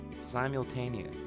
simultaneous